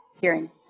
hearing